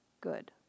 good